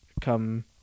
come